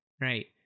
right